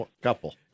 Couple